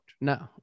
No